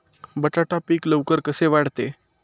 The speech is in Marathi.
बटाटा पीक लवकर कसे वाढते?